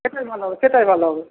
সেটাই ভালো হবে সেটাই ভালো হবে